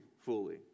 fully